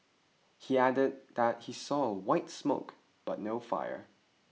he added that he saw white smoke but no fire